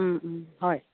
হয়